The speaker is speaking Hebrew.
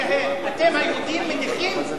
אתם היהודים יכולים לעשות הכול, מדיחים נשיא מכהן.